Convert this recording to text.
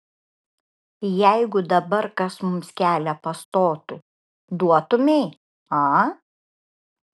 jeigu dabar kas mums kelią pastotų duotumei a